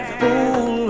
fool